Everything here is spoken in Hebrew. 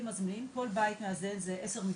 כל בית מאזן זה עשר מיטות,